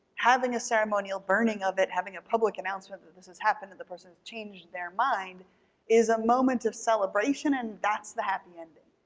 having a ceremonial burning of it, having a public announcement that this has happened and the person's changed their mind is a moment of celebration and that's the happy ending.